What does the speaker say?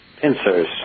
pincers